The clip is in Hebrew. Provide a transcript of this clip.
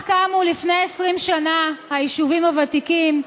כך קמו לפני 20 שנה היישובים הוותיקים,